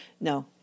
No